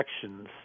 sections